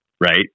Right